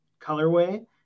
colorway